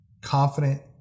confident